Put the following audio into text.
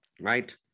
Right